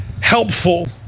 helpful